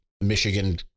Michigan